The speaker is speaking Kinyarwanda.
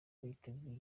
biteguye